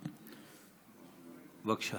אדוני.